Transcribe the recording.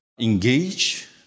engage